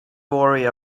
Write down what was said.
worry